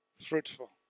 fruitful